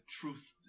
truth